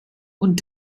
und